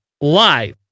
live